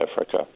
Africa